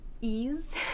ease